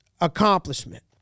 accomplishment